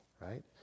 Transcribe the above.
right